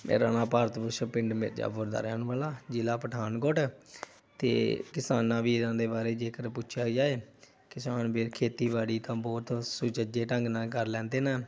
ਮੇਰਾ ਨਾਂ ਭਾਰਤ ਭੂਸ਼ਣ ਪਿੰਡ ਮਿਰਜਾਪੁਰ ਦਾ ਰਹਿਣ ਵਾਲਾ ਜ਼ਿਲ੍ਹਾ ਪਠਾਨਕੋਟ ਅਤੇ ਕਿਸਾਨਾਂ ਵੀਰਾਂ ਦੇ ਬਾਰੇ ਜੇਕਰ ਪੁੱਛਿਆ ਜਾਵੇ ਕਿਸਾਨ ਵੀਰ ਖੇਤੀਬਾੜੀ ਤਾਂ ਬਹੁਤ ਸੁਚੱਜੇ ਢੰਗ ਨਾਲ ਕਰ ਲੈਂਦੇ ਨਾ